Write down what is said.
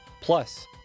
plus